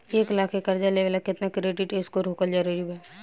एक लाख के कर्जा लेवेला केतना क्रेडिट स्कोर होखल् जरूरी बा?